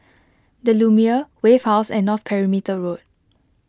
the Lumiere Wave House and North Perimeter Road